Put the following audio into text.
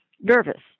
nervous